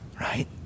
right